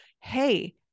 hey